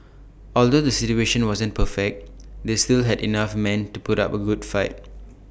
although the situation wasn't perfect they still had enough men to put up A good fight